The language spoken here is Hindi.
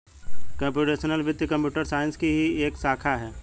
कंप्युटेशनल वित्त कंप्यूटर साइंस की ही एक शाखा है